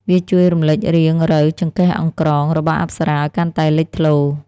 វាជួយរំលេចរាងរៅ "ចង្កេះអង្ក្រង" របស់អប្សរាឱ្យកាន់តែលេចធ្លោ។